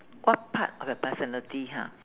what part of your personality ha